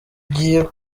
ugiye